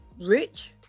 rich